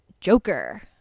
Joker